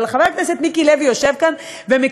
אבל חבר הכנסת מיקי לוי יושב כאן ומכיר